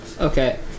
Okay